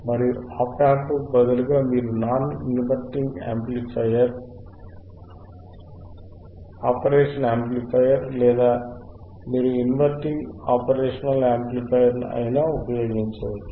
మరియు ఆప్ ఆంప్కు బదులుగా మీరు నాన్ ఇన్వర్టింగ్ ఆపరేషనల్ యాంప్లిఫైయర్ లేదా మీరు ఇన్వర్టింగ్ ఆపరేషనల్ యాంప్లిఫైయర్ను అయినా ఉపయోగించవచ్చు